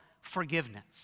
forgiveness